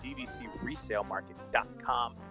dvcresalemarket.com